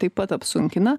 taip pat apsunkina